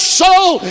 soul